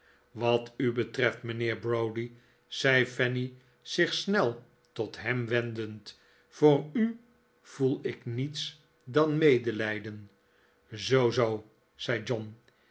wat u betreft mijnheer browdie zei fanny zich snel tot hem wendend voor u voel ik niets dan medelijden zoo zoo zei john